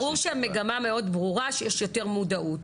ברור שהמגמה מאוד ברורה שיש יותר מודעות.